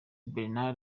bernard